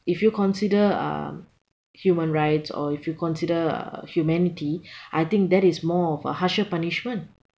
if you consider uh human rights or if you consider uh humanity I think that is more of a harsher punishment